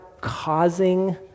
causing